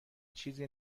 چیزی